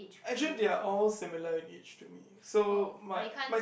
actually they are all similar in each to me so might might